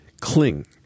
Cling